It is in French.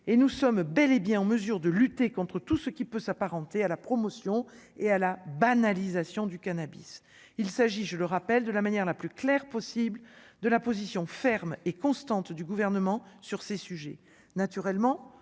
et nous sommes bel et bien en mesure de lutter contre tout ce qui peut s'apparenter à la promotion et à la banalisation du cannabis, il s'agit, je le rappelle, de la manière la plus claire possible de la position ferme et constante du gouvernement sur ces sujets,